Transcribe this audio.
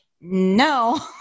no